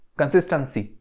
consistency